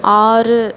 ஆறு